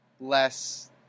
less